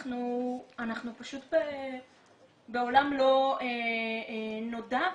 אנחנו פשוט בעולם לא נודע,